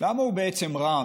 למה הוא בעצם רע?